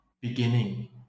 beginning